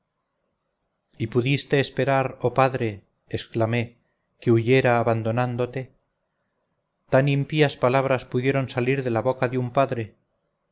y pudiste esperar oh padre exclamé que huyera abandonándote tan impías palabras pudieron salir de la boca de un padre